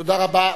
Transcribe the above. תודה רבה.